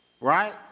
Right